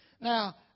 Now